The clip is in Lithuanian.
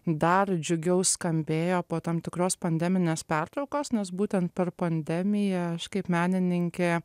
dar džiugiau skambėjo po tam tikros pandeminės pertraukos nes būtent per pandemiją aš kaip menininkė